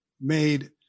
made